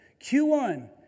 Q1